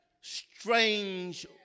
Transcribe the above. strange